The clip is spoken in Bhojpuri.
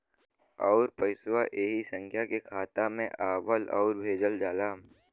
आउर पइसवा ऐही संख्या के खाता मे आवला आउर भेजल जाला